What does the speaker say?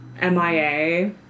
Mia